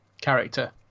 character